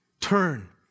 Turn